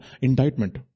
indictment